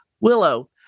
Willow